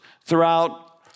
throughout